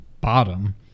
bottom